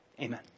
Amen